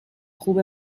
خوب